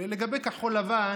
לגבי כחול לבן,